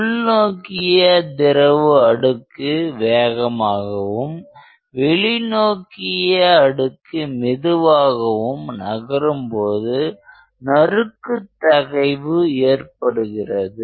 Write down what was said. உள்நோக்கிய திரவ அடுக்கு வேகமாகவும் வெளி நோக்கிய அடுக்கு மெதுவாகவும் நகரும்போது நறுக்குத் தகைவு ஏற்படுகிறது